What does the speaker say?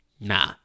Nah